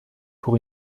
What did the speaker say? pour